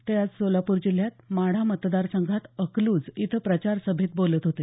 ते आज सोलापूर जिल्ह्यात माढा मतदार संघात अकलूज इथं प्रचार सभेत बोलत होते